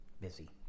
busy